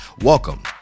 Welcome